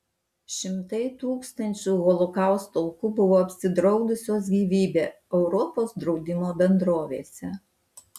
šimtai tūkstančių holokausto aukų buvo apsidraudusios gyvybę europos draudimo bendrovėse